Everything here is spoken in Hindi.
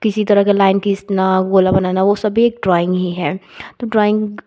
किसी तरह की लाइन खींचना गोला बनाना वे सभी एक ड्राइंग ही है तो ड्राइंग